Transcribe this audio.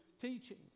teaching